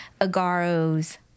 Agaro's